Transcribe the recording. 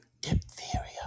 diphtheria